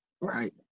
Right